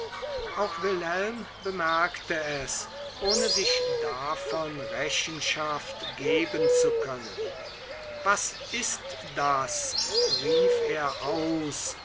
auch wilhelm bemerkte es ohne sich davon rechenschaft geben zu können was ist das rief er aus